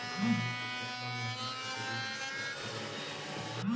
हमनी के केतना महीनों तक ऋण भुगतान करेला परही हो?